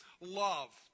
love